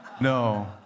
No